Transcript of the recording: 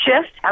shift